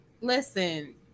Listen